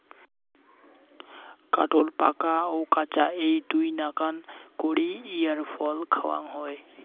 কাঠোল পাকা ও কাঁচা এ্যাই দুইনাকান করি ইঞার ফল খাওয়াং হই